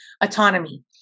autonomy